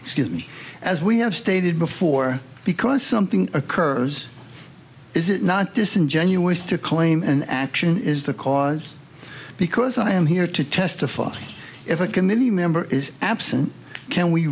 excuse me as we have stated before because something occurs is it not disingenuous to claim an action is the cause because i am here to testify if a committee member is absent can we